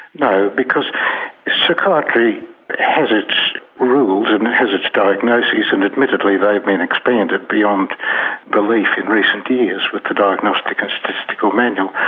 no, because psychiatry has its rules and has its diagnoses, and admittedly they've been expanded beyond belief in recent years with the diagnostic and ah statistical manual,